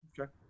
Okay